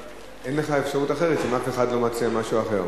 אין לך אפשרות אחרת אם אף אחד לא מציע משהו אחר.